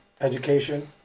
education